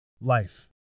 life